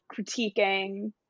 critiquing